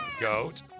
Goat